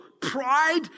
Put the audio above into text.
pride